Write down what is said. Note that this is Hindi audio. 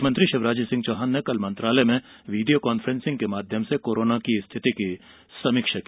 मुख्यमंत्री शिवराज सिंह चौहान ने कल मंत्रालय में वीडियो कान्फ्रेंसिंग के माध्यम से कोरोना की स्थितिकी समीक्षा की